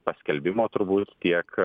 paskelbimo turbūt tiek